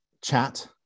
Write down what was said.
chat